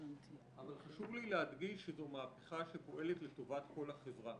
אבל חשוב לי להדגיש שזו מהפכה שפועלת לטובת כל החברה.